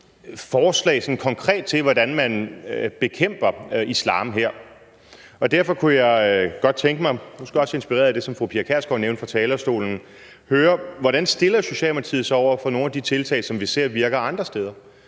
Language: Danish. sådan konkret, til, hvordan man bekæmper islam her. Og derfor kunne jeg godt tænke mig – måske også inspireret af det, som fru Pia Kjærsgaard nævnte fra talerstolen – at høre: Hvordan stiller Socialdemokratiet sig over for nogle af de tiltag, som vi ser virker andre steder?